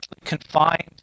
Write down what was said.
confined